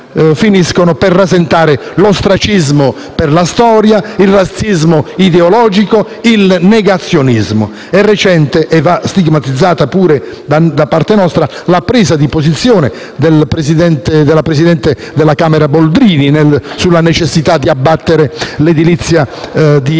finiscono per rasentare l'ostracismo della storia, il razzismo ideologico e il negazionismo. È recente e va stigmatizzata pure da parte nostra la presa di posizione della presidente della Camera Boldrini sulla necessità di abbattere l'edilizia di